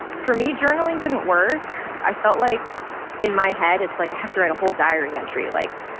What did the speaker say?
for me, journaling didn't work. i felt like in my head, it's like, i have to write a whole diary entry. like,